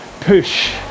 push